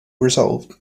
resolved